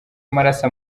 amaraso